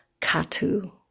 Katu